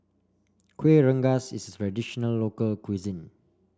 Kuih Rengas is traditional local cuisine